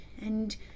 And